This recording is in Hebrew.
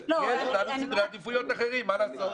סדרי עדיפויות אחרים, מה לעשות?